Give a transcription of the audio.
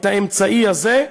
את האמצעי הזה.